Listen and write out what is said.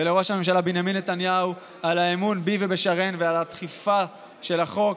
ולראש הממשלה בנימין נתניהו על האמון בי ובשרן ועל הדחיפה של החוק,